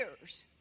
years